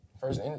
First